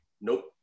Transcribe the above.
Nope